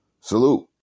Salute